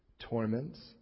torments